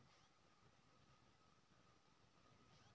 गामक भोज मे तिलक चटनी बनै छै